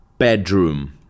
bedroom